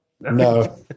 No